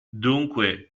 dunque